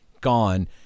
gone